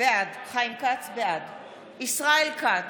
בעד ישראל כץ,